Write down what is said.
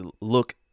look